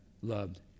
loved